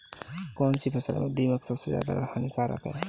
कौनसी फसल में दीमक सबसे ज्यादा हानिकारक है?